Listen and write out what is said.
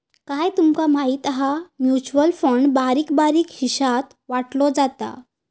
काय तूमका माहिती हा? म्युचल फंड बारीक बारीक हिशात वाटलो जाता